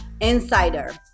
insider